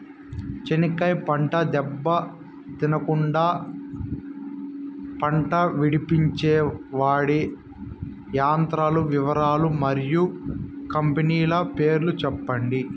చెనక్కాయ పంట దెబ్బ తినకుండా కుండా పంట విడిపించేకి వాడే యంత్రాల వివరాలు మరియు కంపెనీల పేర్లు చెప్పండి?